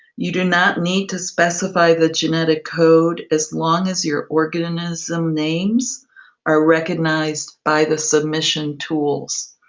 you do not need to specify the genetic code as long as your organism names are recognized by the submission tools.